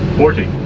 forty.